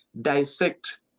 dissect